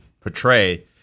portray